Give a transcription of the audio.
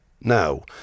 now